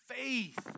faith